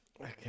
Okay